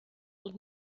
und